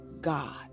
God